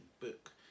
book